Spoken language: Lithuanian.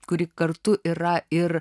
kuri kartu yra ir